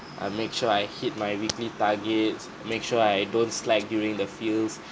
I make sure I hit my weekly targets make sure I don't slack during the fields